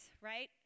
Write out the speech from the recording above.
right